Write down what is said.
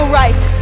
right